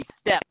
step